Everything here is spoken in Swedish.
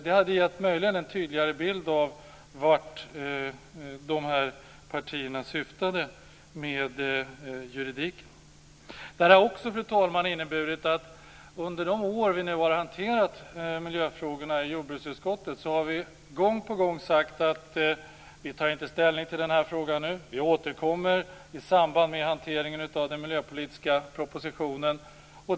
Det hade möjligen gett en tydligare bild av vad partierna önskar uppnå med hjälp av det juridiska. Fru talman! Under de år jordbruksutskottet har hanterat miljöfrågorna har man gång på gång sagt att utskottet inte tar ställning till en viss fråga nu utan återkommer i samband med hanteringen av den miljöpolitiska propositionen.